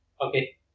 Okay